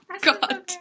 God